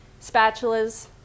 spatulas